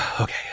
Okay